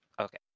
Okay